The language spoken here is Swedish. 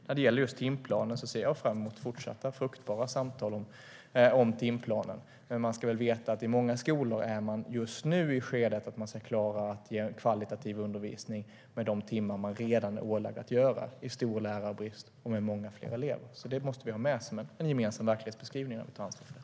När det gäller timplanen ser jag fram emot fortsatta och fruktbara samtal om den, men vi ska veta att i många skolor är man just nu i ett skede där det gäller att klara av att ge högkvalitativ undervisning utifrån de timmar de redan är ålagda, och det med stor lärarbrist och många fler elever. Det måste vi ha med som en gemensam verklighetsbeskrivning när vi tar ansvar för det.